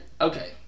Okay